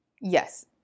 Yes